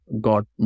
got